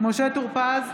משה טור פז,